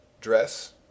dress